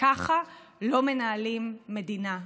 וככה לא מנהלים מדינה.